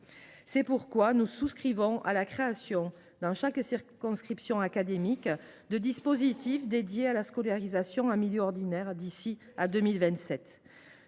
C’est pourquoi nous souscrivons à la création, dans chaque circonscription académique, de dispositifs voués à la scolarisation en milieu ordinaire d’ici à 2027.